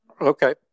Okay